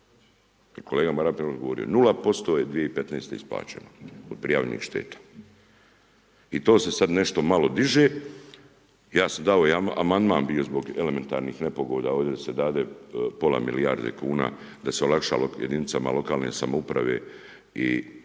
se ne razumije./... 0% je 2015. isplaćeno od prijavljenih šteta. I to se sad nešto malo diže, ja sam dao amandman bio zbog elementarnih nepogoda ovdje da se dade pola milijarde kuna da se olakšalo jedinicama lokalne samouprave i